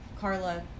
Carla